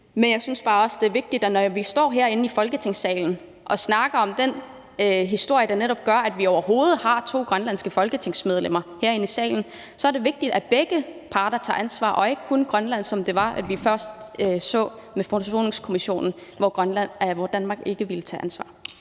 Men jeg synes bare også, det er vigtigt, når vi står herinde i Folketingssalen og snakker om den historie, der netop gør, at vi overhovedet har to grønlandske folketingsmedlemmer, at begge parter tager ansvar, og at det ikke kun er Grønland, sådan som vi så det med Forsoningskommissionen, hvor Danmark ikke ville tage ansvar.